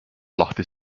lahti